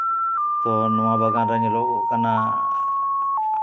ᱛᱳ ᱱᱚᱶᱟ ᱵᱟᱜᱟᱱ ᱨᱮ ᱧᱮᱞᱚᱜᱚᱜ ᱠᱟᱱᱟ